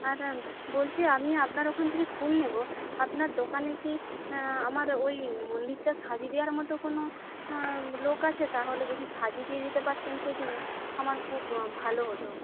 হ্যাঁ বলছি আমি আপনার ওখান থেকে ফুল নেব আপনার দোকানে কি আমার ওই মন্দিরটা সাজিয়ে দেওয়ার মতো কোনো লোক আছে তাহলে যদি সাজিয়ে দিয়ে যেতে পারতেন সেই দিনে আমার খুব ভালো হতো